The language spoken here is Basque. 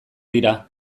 dira